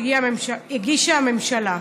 שהגישה הממשלה.